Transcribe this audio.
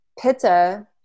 Pitta